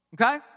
okay